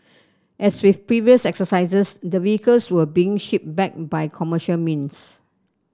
as with previous exercises the vehicles were being shipped back by commercial means